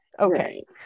okay